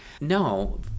No